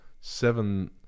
seven